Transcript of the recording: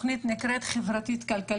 התוכנית נקראת "חברתית-כלכלית",